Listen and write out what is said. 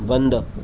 बंद